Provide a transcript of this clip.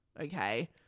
okay